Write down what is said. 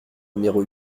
numéro